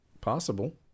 Possible